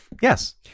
Yes